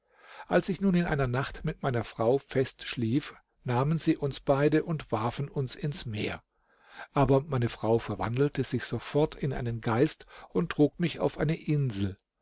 als ich nun in einer nacht mit meiner frau fest schlief nahmen sie uns beide und warfen uns ins meer aber meine frau verwandelte sich sofort in einen geist und trug mich auf eine insel